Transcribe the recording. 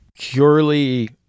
purely